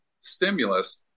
stimulus